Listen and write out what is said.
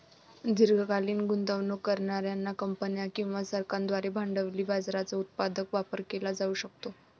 दीर्घकालीन गुंतवणूक करणार्या कंपन्या किंवा सरकारांद्वारे भांडवली बाजाराचा उत्पादक वापर केला जाऊ शकतो